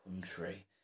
country